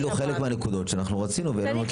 זה חלק מהנקודות שנרצה להכניס בפרטים בשאלות.